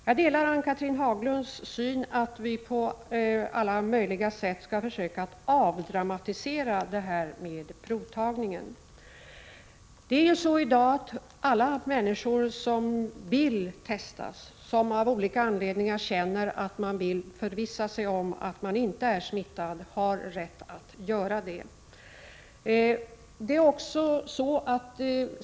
Jag delar Ann-Cathrine Haglunds syn att man på alla möjliga sätt bör försöka avdramatisera provtagningen. Det är ju så i dag att alla människor som vill testas, som av olika anledningar känner att de vill förvissa sig om att de inte är smittade, har rätt att bli testade.